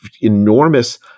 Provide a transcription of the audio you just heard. enormous